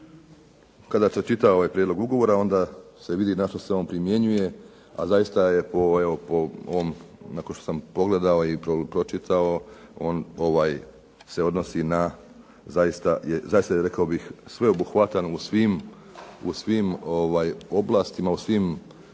kada se čita ovaj prijedlog ugovora, onda se vidi na što se on primjenjuje, a zaista je na ovom što sam pogledao i pročitao ovaj se odnosi na zaista sveobuhvatan u svim oblastima, dakle radi